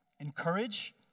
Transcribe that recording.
Encourage